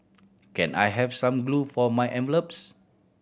can I have some glue for my envelopes